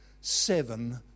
seven